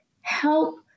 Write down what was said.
help